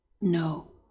No